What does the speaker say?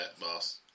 boss